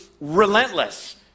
relentless